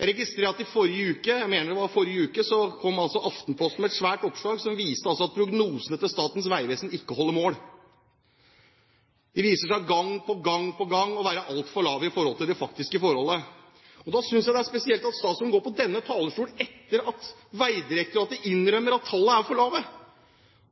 Jeg registrerer at i forrige uke – jeg mener det var forrige uke – kom Aftenposten med et svært oppslag som viste at prognosene til Statens vegvesen ikke holder mål. De viser seg gang på gang å være altfor lave i forhold til det faktiske forholdet. Og da synes jeg det er spesielt at statsråden går på denne talerstolen, etter at Vegdirektoratet innrømmer at tallene er for lave,